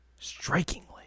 strikingly